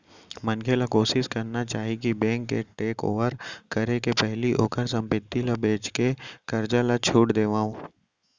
मनखे ल कोसिस करना चाही कि बेंक के टेकओवर करे के पहिली ओहर संपत्ति ल बेचके करजा ल छुट देवय